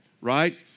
right